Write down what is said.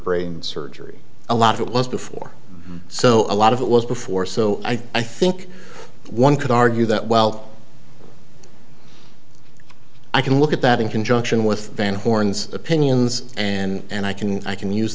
brain surgery a lot of it was before so a lot of it was before so i think one could argue that well i can look at that in conjunction with van horn's opinions and i can i can use